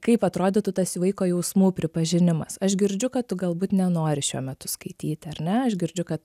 kaip atrodytų tas vaiko jausmų pripažinimas aš girdžiu kad tu galbūt nenori šiuo metu skaityti ar ne aš girdžiu kad